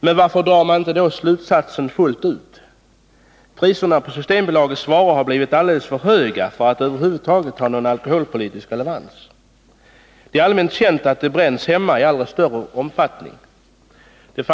Men varför drar man då inte slutsatsen fullt ut? Priserna på Systembolagets varor har blivit alltför höga för att över huvud taget ha någon alkoholpolitisk relevans. Det är allmänt känt att hembränning förekommer i allt större omfattning.